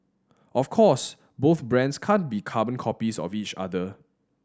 of course both brands can't be carbon copies of each other